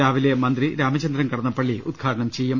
രാവിലെ മന്ത്രി രാമചന്ദ്രൻ കടന്നപ്പള്ളി ഉദ്ഘാടനം ചെയ്യും